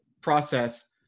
process